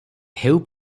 ହେଉ